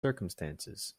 circumstances